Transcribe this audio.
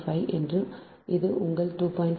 5 என்றும் இது உங்கள் 2